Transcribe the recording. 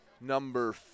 number